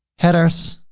headers.